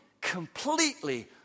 completely